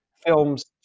films